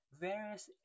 various